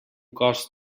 cost